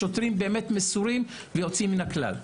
השוטרים באמת מסורים ויוצאים מן הכלל.